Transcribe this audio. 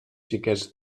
xiquets